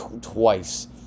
twice